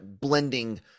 blending